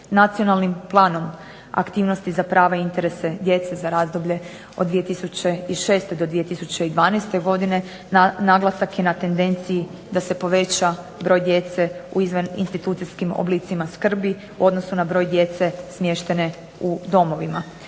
Nacionalnim planom aktivnosti za prava i interese djece za razdoblje od 2006. do 2012. godine naglasak je na tendenciji da se poveća broj djece u izvaninstitucijskim oblicima skrbi, u odnosu na broj djece smještene u domovima.